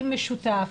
אם משותף,